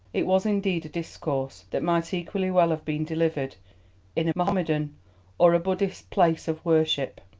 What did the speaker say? it was indeed a discourse that might equally well have been delivered in a mahomedan or a buddhist place of worship